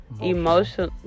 Emotional